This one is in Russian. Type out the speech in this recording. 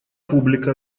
публика